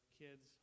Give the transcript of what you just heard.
kids